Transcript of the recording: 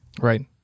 right